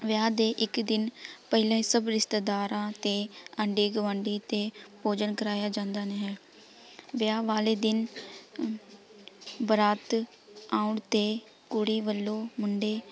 ਵਿਆਹ ਦੇ ਇੱਕ ਦਿਨ ਪਹਿਲਾਂ ਹੀ ਸਭ ਰਿਸ਼ਤੇਦਾਰਾਂ ਅਤੇ ਆਂਢੀ ਗੁਆਂਢੀ ਅਤੇ ਭੋਜਨ ਕਰਾਇਆ ਜਾਂਦਾ ਹੈ ਵਿਆਹ ਵਾਲੇ ਦਿਨ ਬਰਾਤ ਆਉਣ 'ਤੇ ਕੁੜੀ ਵੱਲੋਂ ਮੁੰਡੇ